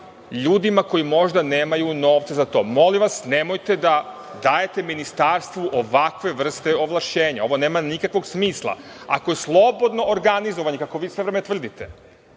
ljudima koji možda nemaju novca za to. Molim vas, nemojte da dajete ministarstvu ovakve vrste ovlašćenja. Ovo nema nikakvog smisla. Ako je slobodno organizovanje, kako vi sve vreme tvrdite,